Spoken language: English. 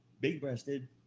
big-breasted